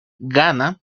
ghana